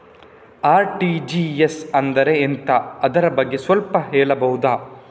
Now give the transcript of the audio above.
RTGS ಅಂದ್ರೆ ಎಂತ ಅದರ ಬಗ್ಗೆ ಸ್ವಲ್ಪ ಹೇಳಬಹುದ?